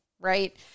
right